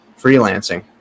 freelancing